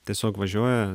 tiesiog važiuoja